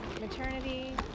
maternity